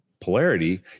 polarity